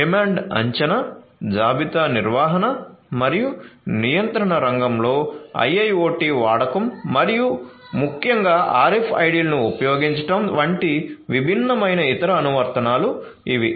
demand అంచనా జాబితా నిర్వహణ మరియు నియంత్రణ రంగంలో IIoT వాడకం మరియు ముఖ్యంగా RFID లను ఉపయోగించడం వంటి విభిన్నమైన ఇతర అనువర్తనాలు ఇవి